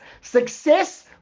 success